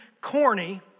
corny